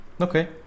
Okay